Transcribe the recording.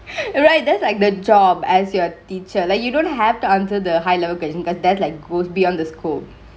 right that's like the job as your teacher like you don't have to answer the high level question cause that's like goes beyond the school